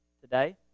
today